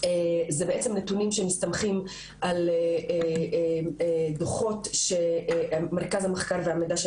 אלה נתונים שמסתמכים על דוחות שמרכז המחקר והמידע של